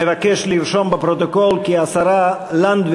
אני מבקש לרשום בפרוטוקול כי השרה לנדבר